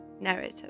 narrative